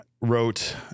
wrote